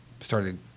started